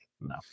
No